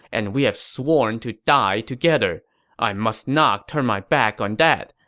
and we have sworn to die together i must not turn my back on that.